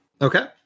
Okay